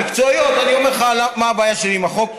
מקצועית אני אומר לך מה הבעיה שלי עם החוק שלך,